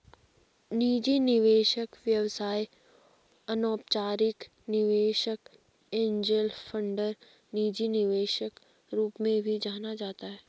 निजी निवेशक व्यवसाय अनौपचारिक निवेशक एंजेल फंडर निजी निवेशक रूप में भी जाना जाता है